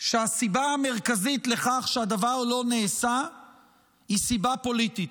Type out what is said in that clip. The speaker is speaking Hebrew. שהסיבה המרכזית לכך שהדבר לא נעשה היא סיבה פוליטית,